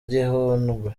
gihundwe